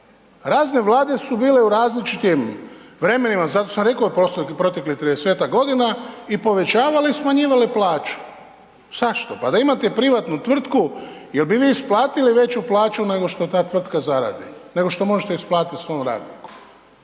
razne vlade su bile u različitim vremenima, zato sam rekao u proteklih 30-tak godina i povećavale i smanjivale plaću. Zašto? Pa da imate privatnu tvrtku jel bi vi isplatili veću plaću nego što ta tvrtka zaradi, nego što možete isplatiti svom radniku,